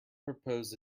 propose